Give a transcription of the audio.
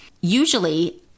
usually